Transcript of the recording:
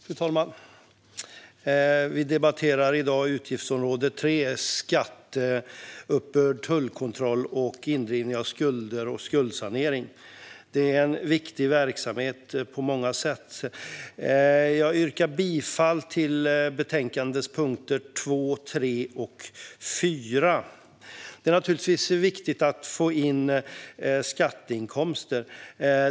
Fru talman! Vi debatterar i dag utgiftsområde 3, som avser skatteuppbörd, tullkontroll, indrivning av skulder och skuldsanering. Det är viktig verksamhet på många sätt. Jag yrkar bifall till förslaget i betänkandet under punkterna 2, 3 och 4. Det är naturligtvis viktigt att få in skatteinkomster.